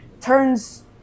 turns